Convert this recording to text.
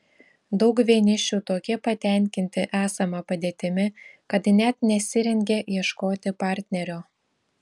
daug vienišių tokie patenkinti esama padėtimi kad net nesirengia ieškoti partnerio